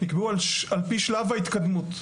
נקבעו על פי שלב ההתקדמות,